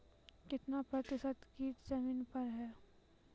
कितना प्रतिसत कीट जमीन पर हैं?